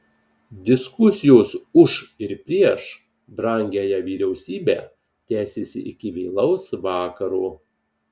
diskusijos už ir prieš brangiąją vyriausybę tęsėsi iki vėlaus vakaro